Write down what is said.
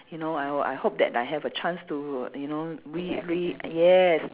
you know I will I hope that I have a chance to you know re~ re~ yes